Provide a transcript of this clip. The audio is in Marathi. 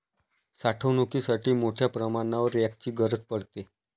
साठवणुकीसाठी मोठ्या प्रमाणावर रॅकची गरज पडते